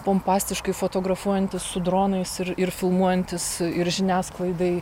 pompastiškai fotografuojantis su dronais ir ir filmuojantis ir žiniasklaidai